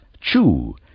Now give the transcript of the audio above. chew